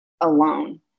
alone